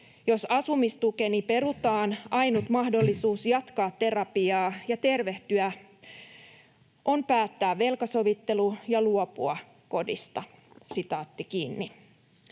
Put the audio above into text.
Jos asumistukeni perutaan, ainut mahdollisuus jatkaa terapiaa ja tervehtyä on päättää velkasovittelu ja luopua kodista.” ”Asumistuen